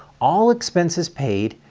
all expenses paid,